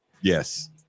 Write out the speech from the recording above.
Yes